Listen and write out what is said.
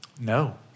no